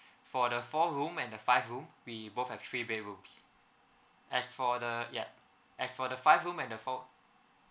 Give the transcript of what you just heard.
for the four room and the five room we both have three bedrooms as for the ya as for the five room and the four